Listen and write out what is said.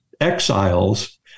exiles